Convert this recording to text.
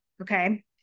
okay